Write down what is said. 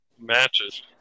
matches